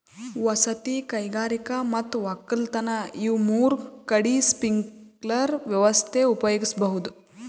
ವಸತಿ ಕೈಗಾರಿಕಾ ಮತ್ ವಕ್ಕಲತನ್ ಇವ್ ಮೂರ್ ಕಡಿ ಸ್ಪ್ರಿಂಕ್ಲರ್ ವ್ಯವಸ್ಥೆ ಉಪಯೋಗಿಸ್ಬಹುದ್